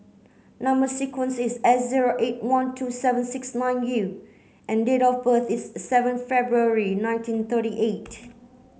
number sequence is S zero eight one two seven six nine U and date of birth is seven February nineteen thirty eight